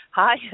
hi